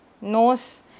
nose